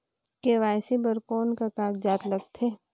KYC बर कौन का कागजात लगथे?